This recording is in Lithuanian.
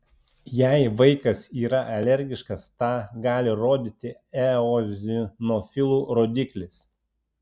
jei vaikas yra alergiškas tą gali rodyti eozinofilų rodiklis